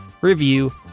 review